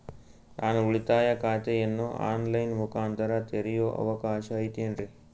ನಾನು ಉಳಿತಾಯ ಖಾತೆಯನ್ನು ಆನ್ ಲೈನ್ ಮುಖಾಂತರ ತೆರಿಯೋ ಅವಕಾಶ ಐತೇನ್ರಿ?